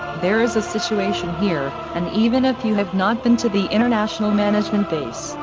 there is a situation here, and even if you have not been to the international management base,